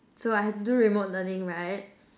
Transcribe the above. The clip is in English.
so I had to do remote learning right